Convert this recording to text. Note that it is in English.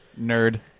nerd